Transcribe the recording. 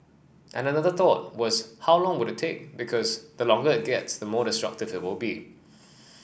and another thought was how long would take because the longer it gets the more destructive it will be